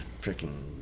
freaking